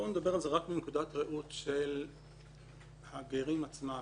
בואו נדבר על זה רק מנקודת ראות של הגרים עצמם,